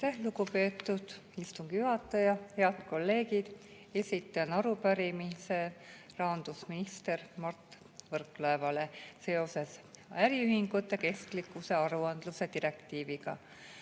lugupeetud istungi juhataja! Head kolleegid! Esitan arupärimise rahandusminister Mart Võrklaevale seoses äriühingute kestlikkuse aruandluse direktiiviga.